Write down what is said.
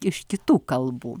iš kitų kalbų